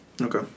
Okay